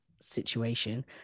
situation